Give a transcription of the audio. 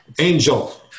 angel